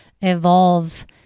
evolve